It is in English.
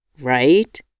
right